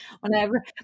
whenever